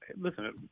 listen